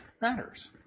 matters